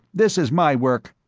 this is my work.